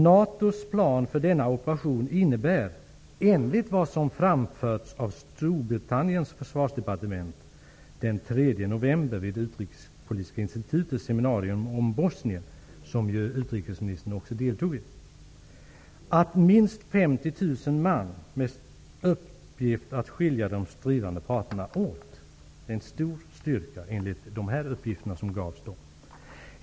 NATO:s plan för denna operation innebär, enligt vad som framförts av Storbritanniens försvarsdepartement den 3 november vid Bosnien, som ju utrikesministern också deltog i, en insats med minst 50 000 man med uppgift att skilja de stridande parterna åt. Det är en stor styrka, enligt de uppgifter som gavs vid detta tillfälle.